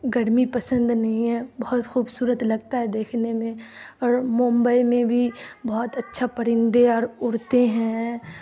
گرمی پسند نہیں ہے بہت خوبصورت لگتا ہے دیکھنے میں اور ممبئی میں بھی بہت اچھا پرندے اور اڑتے ہیں